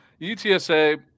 UTSa